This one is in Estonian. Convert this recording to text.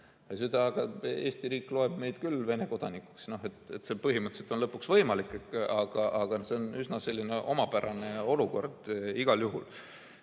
Aga Eesti riik loeb neid küll Vene kodanikuks. See põhimõtteliselt on lõpuks võimalik, aga see on üsna omapärane olukord igal